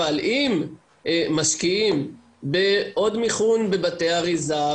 אבל אם משגיעים בעוד מיכון בדפי אריזה,